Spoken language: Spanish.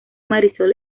marisol